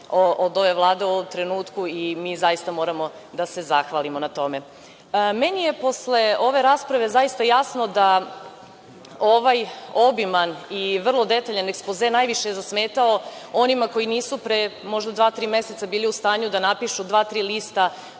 od ove Vlade u ovom trenutku i zaista moramo da se zahvalimo na tome. Meni je posle ove rasprave zaista jasno da ovaj obiman i vrlo detaljan ekspoze je najviše zasmetao onima koji nisu pre možda dva, tri meseca bili u stanju da napišu dva tri lista